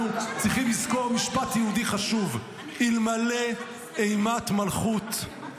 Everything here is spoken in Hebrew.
אנחנו צריכים לזכור משפט יהודי חשוב: אלמלא אימת מלכות,